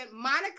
Monica